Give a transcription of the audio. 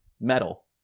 metal